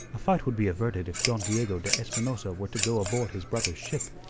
a fight would be averted if don diego de espinosa were to go aboard his brother's ship,